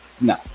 no